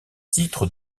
titres